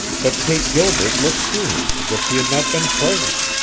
but kate gilbert looked through him as if he had not been present,